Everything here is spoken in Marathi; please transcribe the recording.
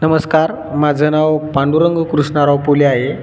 नमस्कार माझं नाव पांडुरंग कृष्णराव पोले आहे